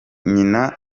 nyina